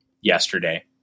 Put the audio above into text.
yesterday